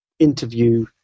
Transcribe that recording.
interview